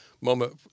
moment